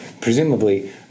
presumably